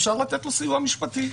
אפשר לתת לו סיוע משפטי.